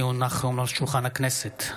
כי הונחו היום על שולחן הכנסת,